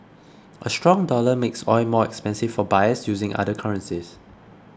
a strong dollar makes oil more expensive for buyers using other currencies